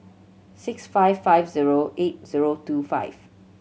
six five five zero eight zero two five